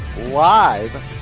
live